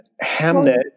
Hamnet